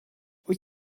wyt